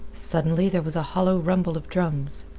suddenly there was a hollow rumble of drums.